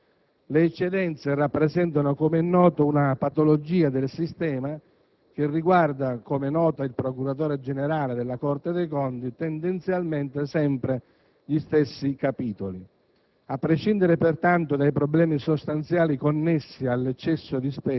si regista un incremento del fenomeno delle eccedenze di spesa. Le eccedenze rappresentano, com'è noto, una patologia del sistema, che riguarda, come nota il procuratore generale della Corte dei conti, tendenzialmente sempre gli stessi capitoli.